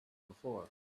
before